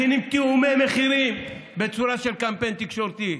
מכינים תיאומי מחירים בצורה של קמפיין תקשורתי.